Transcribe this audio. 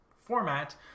format